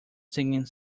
singing